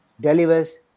delivers